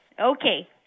Okay